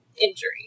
injury